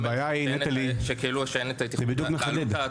הבעיה היא, נטעלי, זה בדיוק מחדד.